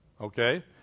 Okay